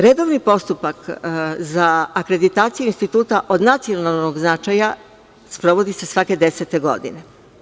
Redovni postupak za akreditaciju instituta od nacionalnog značaja sprovodi se svake desete godine.